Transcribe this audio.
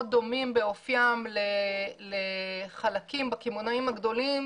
דומים באופיים לחלקים בקמעונאים הגדולים,